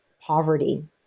poverty